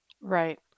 Right